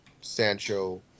Sancho